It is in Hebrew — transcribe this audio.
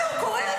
הוא קורא.